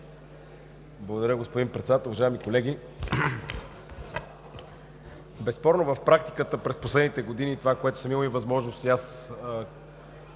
Благодаря, господин Председател. Уважаеми колеги, безспорно в практиката през последните години и това, което съм имал възможност